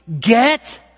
get